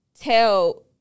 tell